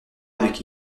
avec